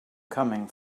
coming